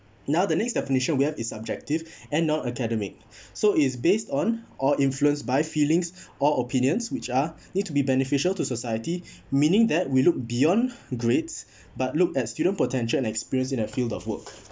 now the next definition we have is subjective and non academic so is based on or influenced by feelings or opinions which are need to be beneficial to society meaning that we look beyond grades but look at student potential and experience in a field of work